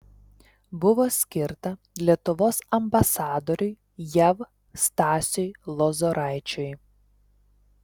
buvo skirta lietuvos ambasadoriui jav stasiui lozoraičiui